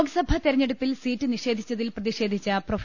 ലോക്സഭാ തെരഞ്ഞെടുപ്പിൽ സീറ്റ് നിഷേധിച്ചതിൽ പ്രതിഷേധിച്ച പ്രൊഫ